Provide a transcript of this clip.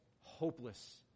hopeless